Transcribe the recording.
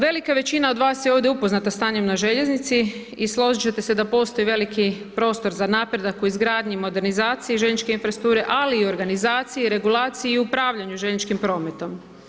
Velika većina od vas je ovdje upoznata stanjem na željeznici i složit ćete se da postoji veliki prostor za napredak o izgradnji i modernizaciji željezničke infrastrukture ali i organizaciji i regulaciji i upravljanju željezničkim prometom.